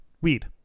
weed